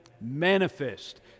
manifest